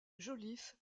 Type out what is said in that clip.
joliffe